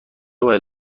باید